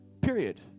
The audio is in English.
Period